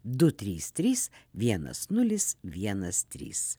du trys trys vienas nulis vienas trys